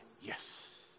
yes